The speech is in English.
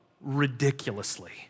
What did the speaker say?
ridiculously